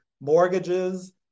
Mortgages